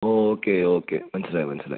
okay okay മനസ്സിലായി മനസ്സിലായി